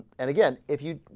and again if you'd